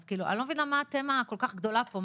אני לא מבינה מה התמה הכול-כך גדולה פה,